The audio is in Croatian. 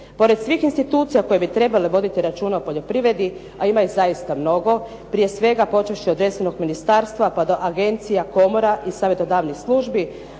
pored svih institucija koje bi trebale voditi računa o poljoprivredi, a ima ih zaista mnogo, prije svega počevši od resornog ministarstva pa do agencija, komora i savjetodavnih službi,